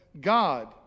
God